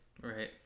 right